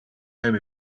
home